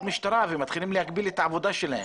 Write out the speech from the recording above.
משטרה ומתחילים להגביל את העבודה שלהם.